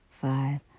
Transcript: five